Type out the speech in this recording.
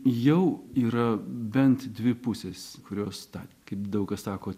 jau yra bent dvi pusės kurios tą kaip daug kas sako